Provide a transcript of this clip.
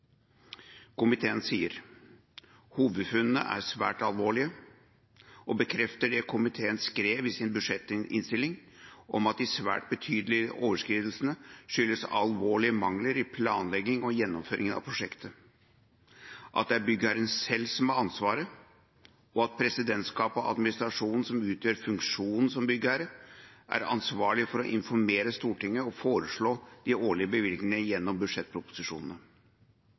Komiteen sier at hovedfunnene er svært alvorlige og bekrefter det komiteen skrev i sin budsjettinnstilling, at de svært betydelige overskridelsene skyldes alvorlige mangler i planleggingen og gjennomføringen av prosjektet, at det er byggherren selv som har ansvaret, og at presidentskapet og administrasjonen, som utgjør funksjonen som byggherre, er ansvarlig for å informere Stortinget og foreslå de årlige bevilgningene gjennom budsjettproposisjonene.